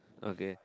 okay